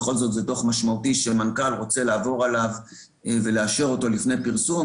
זה בכל זאת דוח משמעותי שמנכ"ל רוצה לעבור עליו ולאשר אותו לפני פרסום,